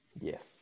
Yes